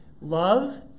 Love